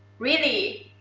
really,